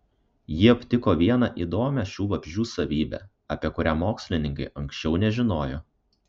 ji aptiko vieną įdomią šių vabzdžių savybę apie kurią mokslininkai anksčiau nežinojo